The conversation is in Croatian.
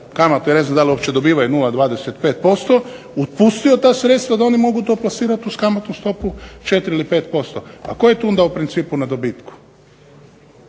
kamatu, ja ne znam da li uopće dobivaju 0,25% otpustio ta sredstva da oni mogu to plasirati uz kamatnu stopu 4 ili 5%. Pa tko je tu onda u principu na dobitku?